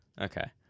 Okay